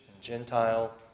Gentile